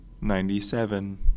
Ninety-seven